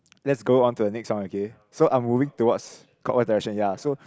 let's go onto the next song okay so I'm moving towards clockwise direction ya so